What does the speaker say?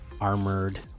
Armored